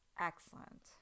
excellent